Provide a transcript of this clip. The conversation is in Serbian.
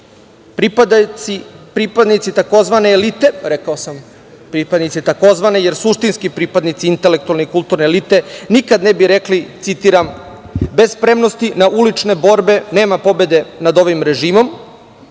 pripadnici tzv. elite, rekao sam pripadnici tzv, jer suštinski pripadnici intelektualne kulturne elite nikad ne bi rekli, citiram – bez spremnosti na ulične borbe nema pobede nad ovim režimom